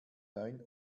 neun